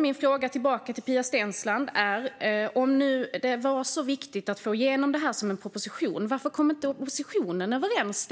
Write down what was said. Min fråga tillbaka till Pia Steensland är därför: Om det nu var så viktigt att få igenom detta som en proposition, varför kom inte oppositionen överens